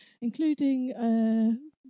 including